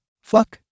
Fuck